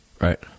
Right